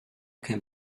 can